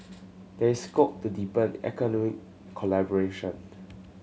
there is scope to deepen economy collaboration